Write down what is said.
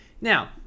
Now